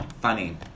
Funny